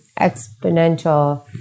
exponential